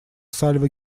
сальвы